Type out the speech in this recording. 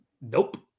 Nope